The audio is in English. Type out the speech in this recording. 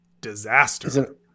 disaster